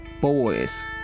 boys